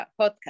podcast